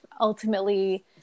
ultimately